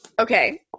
Okay